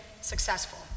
successful